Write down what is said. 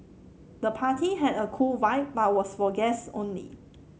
the party had a cool vibe but was for guest only